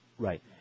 Right